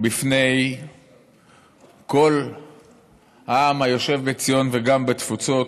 יציגו בפני כל העם היושב בציון, וגם בתפוצות,